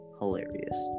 hilarious